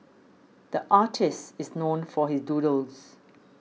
the artist is known for his doodles